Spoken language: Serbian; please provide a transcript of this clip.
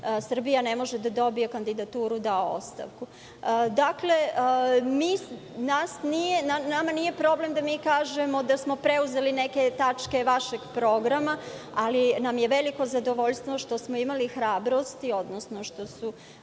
Srbija ne može da dobije kandidaturu, dao ostavku. Nama nije problem da kažemo da smo preuzeli neke tačke vašeg programa, ali nam je veliko zadovoljstvo što smo imali hrabrosti, odnosno što su